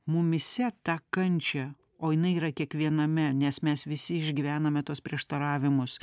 mumyse tą kančią o jinai yra kiekviename nes mes visi išgyvename tuos prieštaravimus